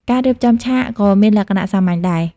ការរៀបចំឆាកក៏មានលក្ខណៈសាមញ្ញដែរ។